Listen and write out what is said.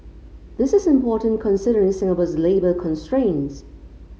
this is important considering Singapore's labour constraints